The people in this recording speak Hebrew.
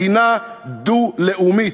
מדינה דו-לאומית.